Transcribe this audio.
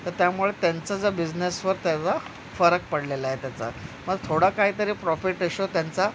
तर त्यामुळे त्याचा जो बिझनेसवर त्याचा फरक पडलेला आहे त्याचा मग थोडा काहीतरी प्रॉफिट रेशो त्यांचा